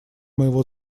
моего